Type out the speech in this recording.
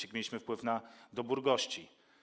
Jaki mieliśmy wpływ na dobór gości?